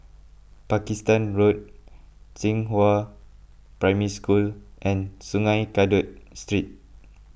Pakistan Road Xinghua Primary School and Sungei Kadut Street